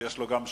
שיש לו שאלות.